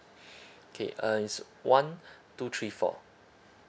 okay uh it's one two three four